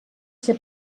ser